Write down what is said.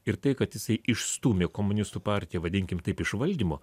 ir tai kad jisai išstūmė komunistų partiją vadinkim taip iš valdymo